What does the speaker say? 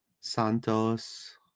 Santos